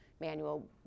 manual